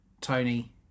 Tony